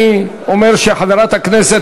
אגרות והוצאות (תיקון,